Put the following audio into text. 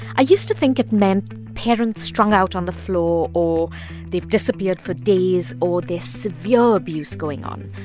i used to think it meant parents strung out on the floor, or they've disappeared for days, or there's severe abuse going on.